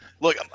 Look